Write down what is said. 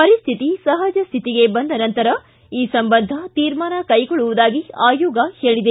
ಪರಿಸ್ಥಿತಿ ಸಹಜ ಸ್ಥಿತಿಗೆ ಬಂದ ನಂತರ ಈ ಸಂಬಂಧ ತೀರ್ಮಾನ ಕೈಗೊಳ್ಳುವುದಾಗಿ ಆಯೋಗ ಹೇಳಿದೆ